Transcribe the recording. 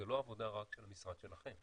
זה לא עבודה רק של המשרד שלכם.